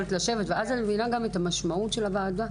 ואז אני גם מבינה את המשמעות של הוועדה.